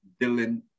Dylan